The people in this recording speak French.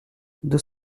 deux